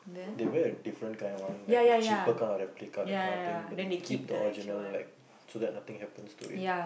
they wear a different kind one like a cheaper kind or a replica kind of thing but they keep the original one so nothing happens to it